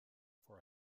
for